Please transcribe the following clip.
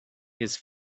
his